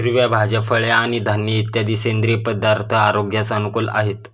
हिरव्या भाज्या, फळे आणि धान्य इत्यादी सेंद्रिय पदार्थ आरोग्यास अनुकूल आहेत